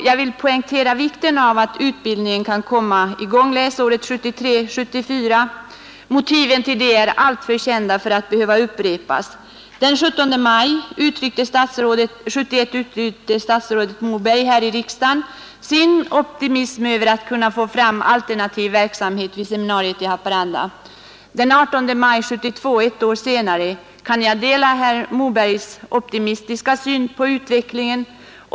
Jag vill poängtera vikten av att utbildningen kan komma i gång till läsåret 1973/74; motiven för detta är alltför kända för att behöva upprepas. Den 17 maj 1971 uttryckte statsrådet Moberg här i riksdagen sin optimistiska tro på att man skulle kunna starta en alternativ verksamhet vid seminariet i Haparanda. Den 18 maj 1972 — ett år senare — kan jag dela herr Mobergs optimistiska syn på utvecklingen.